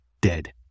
dead